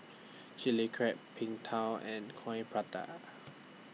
Chilli Crab Png Tao and Coin Prata